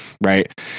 right